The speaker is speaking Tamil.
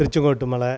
திருச்செங்கோட்டு மலை